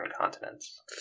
continents